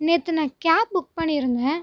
நேத்து நான் cab book பண்ணியிருந்தேன்